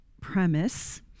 premise